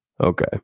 Okay